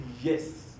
yes